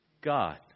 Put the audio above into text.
God